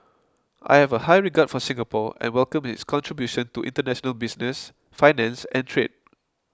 I have a high regard for Singapore and welcome its contribution to international business finance and trade